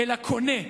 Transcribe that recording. אלא קונה.